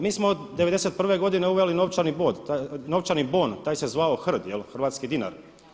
Mi smo '91. godine uveli novčani bon, taj se zvao HRD, hrvatski dinar.